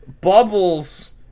Bubbles